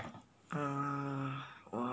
uh !wah!